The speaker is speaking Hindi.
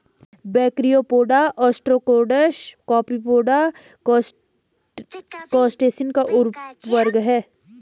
ब्रैकियोपोडा, ओस्ट्राकोड्स, कॉपीपोडा, क्रस्टेशियन का उपवर्ग है